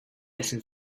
essen